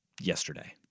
yesterday